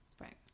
Right